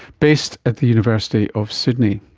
based at the university of sydney.